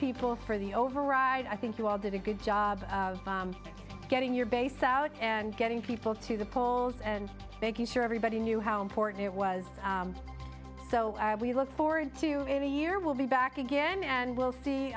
people for the override i think you all did a good job getting your base out and getting people to the polls and making sure everybody knew how important it was so we look forward to every year we'll be back again and we'll